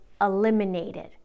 eliminated